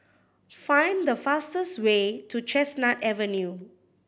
find the fastest way to Chestnut Avenue